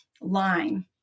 line